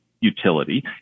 Utility